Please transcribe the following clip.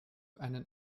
einen